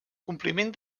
compliment